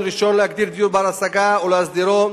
ראשון להגדיר דיור בר-השגה ולהסדירו.